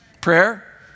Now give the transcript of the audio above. Prayer